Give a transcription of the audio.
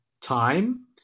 time